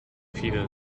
fieber